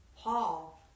Paul